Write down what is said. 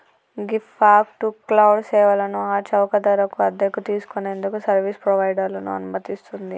ghee fog to cloud సేవలను ఆ చౌక ధరకు అద్దెకు తీసుకు నేందుకు సర్వీస్ ప్రొవైడర్లను అనుమతిస్తుంది